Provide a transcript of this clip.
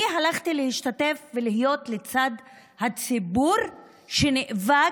אני הלכתי להשתתף ולהיות לצד הציבור שנאבק